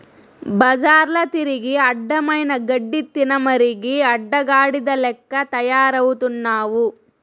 బజార్ల తిరిగి అడ్డమైన గడ్డి తినమరిగి అడ్డగాడిద లెక్క తయారవుతున్నావు